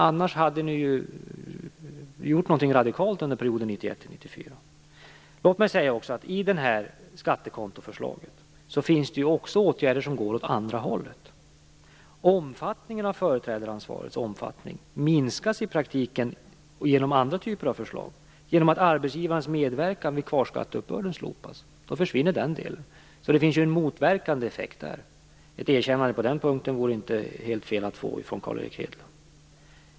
Annars hade ni nu gjort någonting radikalt under perioden 1991 Låt mig också säga att det i det här skattekontoförslaget finns åtgärder som går åt andra hållet. Omfattningen av företrädaransvaret minskas i praktiken genom andra typer av förslag. Genom att arbetsgivarens medverkan vid kvarskatteuppbörden slopas försvinner den delen. Det finns alltså en motverkande effekt där. Ett erkännande på den punkten från Carl Erik Hedlund vore inte helt fel att få.